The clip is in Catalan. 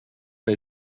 fer